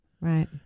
Right